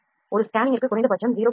ஒரு ஸ்கேனிங்கிற்கு குறைந்த பட்சம் 0